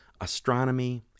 astronomy